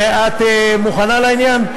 את מוכנה לעניין?